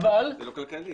זה לא כלכלי.